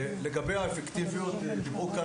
לגבי האפקטיביות אמרו כאן